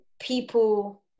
people